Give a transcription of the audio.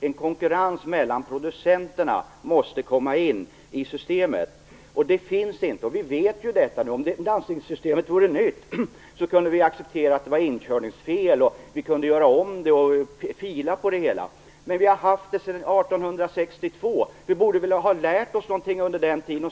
En konkurrens mellan producenterna måste komma in i systemet - vi vet ju att någon sådan inte finns. Om landstingssystemet vore nytt kunde vi acceptera att det var fråga om inkörningsfel, vi kunde göra om det och fila på det. Men vi har haft det sedan 1862. Vi borde väl ha lärt oss någonting under den tiden.